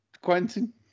quentin